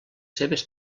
seves